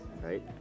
Right